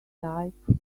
type